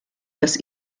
dass